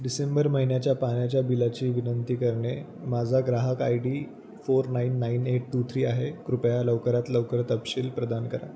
डिसेंबर महिन्याच्या पाण्याच्या बिलाची विनंती करणे माझा ग्राहक ID four nine nine eight two three आहे कृपया लवकरात लवकर तपशील प्रदान करा